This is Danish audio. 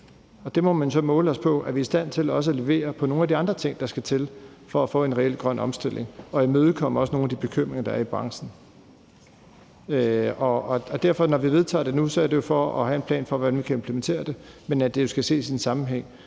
Og det må man så måle os på, altså om vi er i stand til også at levere på nogle af de andre ting, der skal til, for at få en reel grøn omstilling og imødekomme også nogle af de bekymringer, der er i branchen. Så når vi vedtager det nu, er det for at have en plan for, hvordan vi kan implementere det, men det skal jo ses i en sammenhæng